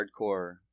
hardcore